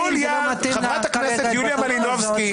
חברת הכנסת יוליה מלינובסקי.